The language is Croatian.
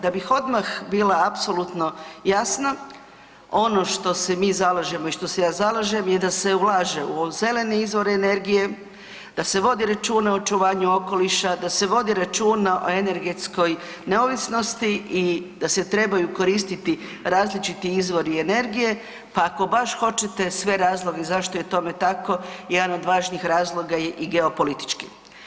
Da bih odmah bila apsolutno jasna ono što se mi zalažemo i što se ja zalažem je da se ulaže u zelene izvore energije, da se vodi računa o očuvanju okoliša, da se vodi računa o energetskoj neovisnosti i da se trebaju koristiti različiti izvori energije, pa ako baš hoćete sve razloge zašto je tome tako jedan od važnijih razloga je i geopolitički.